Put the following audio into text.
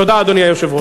תודה, אדוני היושב-ראש.